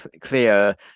clear